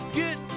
get